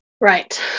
Right